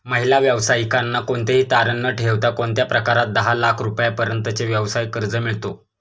महिला व्यावसायिकांना कोणतेही तारण न ठेवता कोणत्या प्रकारात दहा लाख रुपयांपर्यंतचे व्यवसाय कर्ज मिळतो?